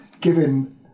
given